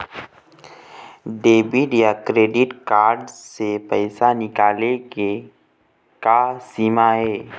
Debit या credit card से पैसा निकाले के का सीमा हे?